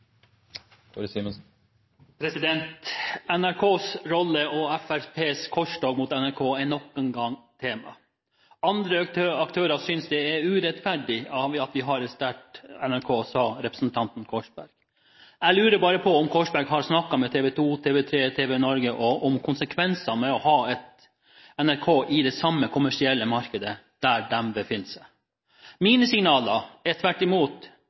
til regjeringsmakt. NRKs rolle og Fremskrittspartiets korstog mot NRK er nok en gang tema. Andre aktører synes det er urettferdig at vi har et sterkt NRK, sa representanten Korsberg. Jeg lurer bare på om Korsberg har snakket med TV 2, TV3 og TVNorge om konsekvensene ved å ha et NRK i det samme kommersielle markedet der de befinner seg. Mine signaler er tvert imot